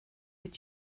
but